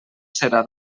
serà